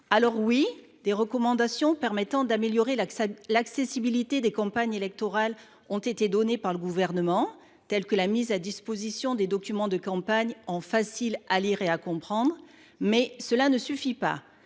Certes, des recommandations permettant d’améliorer l’accessibilité des campagnes électorales ont été émises par le Gouvernement, telles que la mise à disposition des documents de campagne en français facile à lire et à comprendre (Falc), mais cela ne suffit pas.